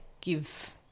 give